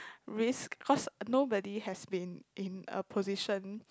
risk cause nobody has been in a position